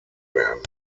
werden